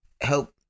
help